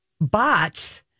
bots